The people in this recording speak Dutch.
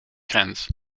grens